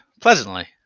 Pleasantly